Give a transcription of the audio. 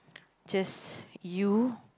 just you